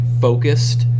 focused